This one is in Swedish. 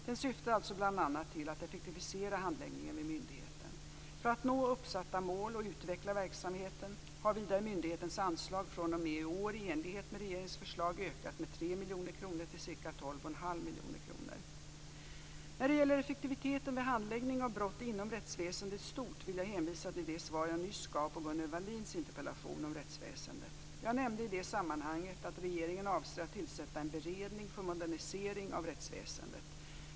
Den syftar alltså bl.a. till att effektivisera handläggningen vid myndigheten. För att nå uppsatta mål och utveckla verksamheten har vidare myndighetens anslag fr.o.m. i år i enlighet med regeringens förslag ökat med 3 miljoner kronor till ca 12,5 miljoner kronor. När det gäller effektiviteten vid handläggning av brott inom rättsväsendet i stort vill jag hänvisa till det svar jag nyss gav på Gunnel Wallins interpellation om rättsväsendet. Jag nämnde i det sammanhanget att regeringen avser att tillsätta en beredning för moderniseringen av rättsväsendet.